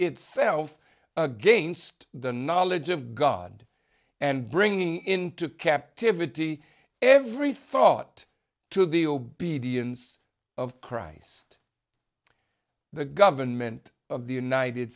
itself against the knowledge of god and bringing into captivity every thought to the obedience of christ the government of the united